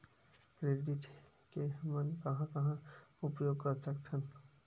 Credit के हमन कहां कहा उपयोग कर सकत हन?